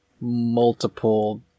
multiple